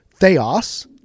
Theos